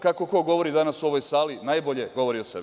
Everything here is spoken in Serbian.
Kako ko govori danas u ovoj sali, najbolje govori o sebi.